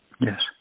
Yes